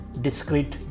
discrete